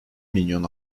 milyon